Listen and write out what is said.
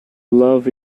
love